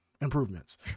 improvements